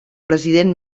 president